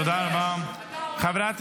תראה איך אתה